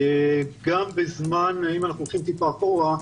אם אנחנו הולכים טיפה אחורה,